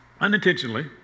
Unintentionally